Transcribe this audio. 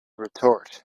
retort